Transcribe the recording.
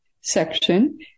section